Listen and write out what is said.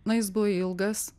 na jis buvo ilgas